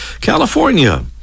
California